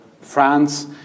France